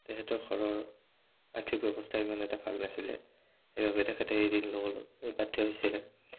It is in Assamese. তেখেতৰ ঘৰৰ আৰ্থিক ব্যৱস্থা ইমান এটা ভাল নাছিলে সেইবাবে তেখেতে এই ঋণ ল'বলৈ বাধ্য হৈছিলে